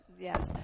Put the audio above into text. Yes